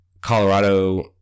Colorado